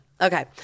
Okay